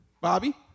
Bobby